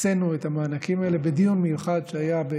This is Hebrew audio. הקצינו את המענקים האלה בדיון מיוחד שהיה,